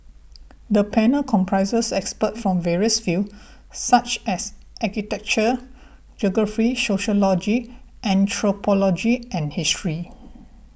the panel comprises experts from various fields such as architecture geography sociology anthropology and history